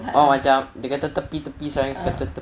oh macam dia kata tepi tepi